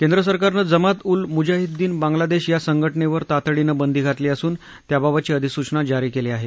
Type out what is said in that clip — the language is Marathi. केंद्र सरकारनं जमात उल मुजाहीद्दीन बांग्लादेश या संघटनेवर तातडीनं बंदी घातली असून त्याबाबतची अधिसूचना जारी केली आहे